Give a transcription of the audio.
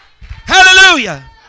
Hallelujah